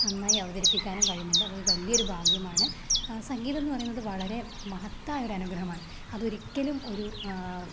നന്നായി അവതരിപ്പിക്കാനും കഴിയുന്നുണ്ട് അതോരു വലിയൊരു ഭാഗ്യമാണ് സംഗീതം എന്ന് പറയുന്നത് വളരെ മഹത്തായൊരനുഗ്രഹമാണ് അതൊരിക്കലും ഒരു